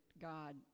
God